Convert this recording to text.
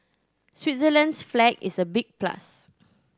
Switzerland's flag is a big plus